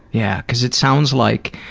yeah, because it sounds like